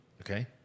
Okay